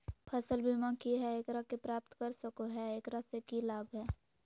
फसल बीमा की है, एकरा के प्राप्त कर सको है, एकरा से की लाभ है?